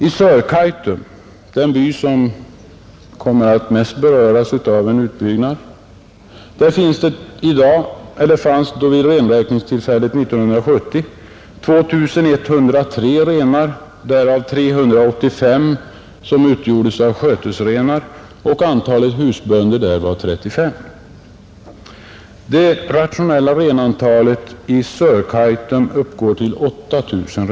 I Sörkaitum — den by som kommer att mest beröras av en utbyggnad — fanns det 2103 renar vid renräkningstillfället 1970, därav 385 skötesrenar. Antalet husbönder var där 35. Det rationella renantalet i Sörkaitum uppgår till 8 000.